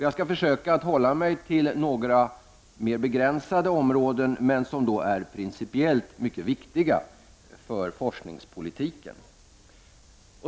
Jag skall försöka hålla mig till några begränsade områden som är principiellt mycket viktiga för forskningspolitiken.